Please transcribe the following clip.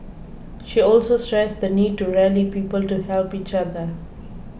she also stressed the need to rally people to help each other